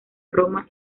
roma